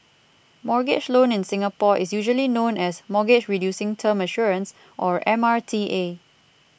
mortgage loan in Singapore is usually known as Mortgage Reducing Term Assurance or M R T A